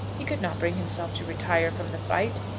he could not bring himself to retire from the fight,